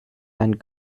and